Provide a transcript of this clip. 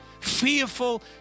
fearful